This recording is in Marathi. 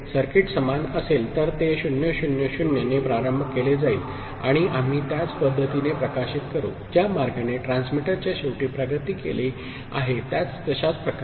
सर्किट समान असेल आणि ते 0 0 0 ने प्रारंभ केले जाईल आणि आम्ही त्याच पद्धतीने प्रकाशित करू ज्या मार्गाने ट्रान्समीटरच्या शेवटी प्रगती केली आहे त्याच तशाच प्रकारे